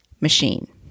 machine